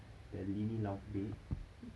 the linie loft bed